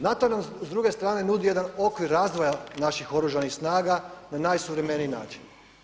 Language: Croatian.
NATO nam s druge strane nudi jedan okvir razvoja naših Oružanih snaga na najsuvremeniji način.